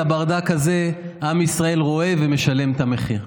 את הברדק הזה עם ישראל רואה ומשלם את המחיר.